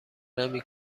نمی